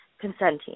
consenting